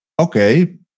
okay